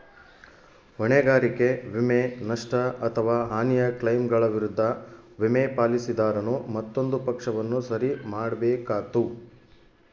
ಹೊಣೆಗಾರಿಕೆ ವಿಮೆ, ನಷ್ಟ ಅಥವಾ ಹಾನಿಯ ಕ್ಲೈಮ್ಗಳ ವಿರುದ್ಧ ವಿಮೆ, ಪಾಲಿಸಿದಾರನು ಮತ್ತೊಂದು ಪಕ್ಷವನ್ನು ಸರಿ ಮಾಡ್ಬೇಕಾತ್ತು